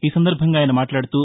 ఈ సందర్బంగా ఆయన మాట్లాడుతూ